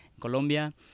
Colombia